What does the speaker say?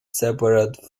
separate